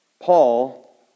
Paul